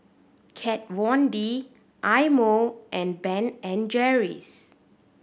Kat Von D Eye Mo and Ben and Jerry's